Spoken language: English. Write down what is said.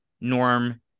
Norm